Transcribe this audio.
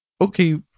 okay